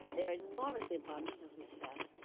they are enormously abundant, as we said.